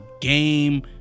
game